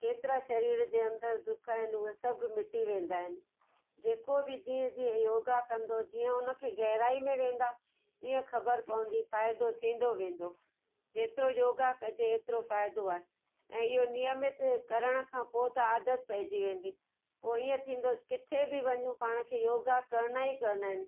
केतिरा सरीर जे अंदरि दुख आहिनि उहे सभु मिटी वेंदा आहिनि जे को बि जीअं जीअं योगा कंदो जीअं हुनखे गहराई में वेंदा तीअं ख़बर पवंदी फ़ाइदो थींदो वेंदो जेतिरो योगा कजे एतिरो फ़ाइदो आहे ऐं इहो नियमित करण खां पोइ त आदति पेईजी वेंदी पोइ इअं थींदो किथे बि वञू पाण खे योगा करिणा ई करिणा आहिनि